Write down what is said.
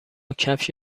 کفش